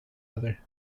other